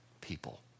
people